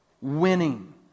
Winning